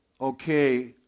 okay